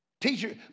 Teacher